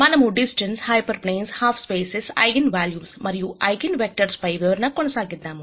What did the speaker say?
మనము distances hyperplanes half spaces eigen వాల్యూస్మరియు eigen vectors పై వివరణను కొనసాగిద్దాం